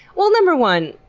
well, number one,